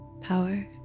power